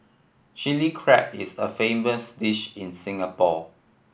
Chilli Crab is a famous dish in Singapore